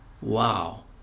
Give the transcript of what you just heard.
wow